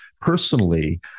personally